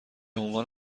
عنوان